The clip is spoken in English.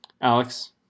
Alex